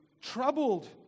troubled